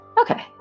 Okay